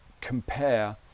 compare